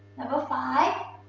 number five,